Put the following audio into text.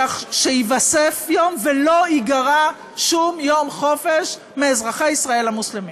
כך שייווסף יום ולא ייגרע שום יום חופש מאזרחי ישראל המוסלמים.